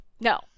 no